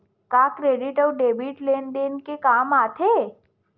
का क्रेडिट अउ डेबिट लेन देन के काम आथे?